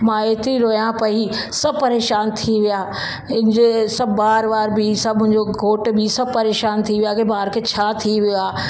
मां एतिरी रोयां पई सभु परेशान थी विया इन जे सभु ॿारु वारु बि सभु मुंजो घोट बि सभु परेशान थी विया कि ॿारु खे छा थी वियो आ